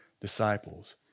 disciples